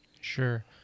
sure